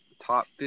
Top